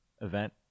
event